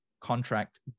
contract